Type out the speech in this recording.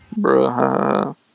Bruh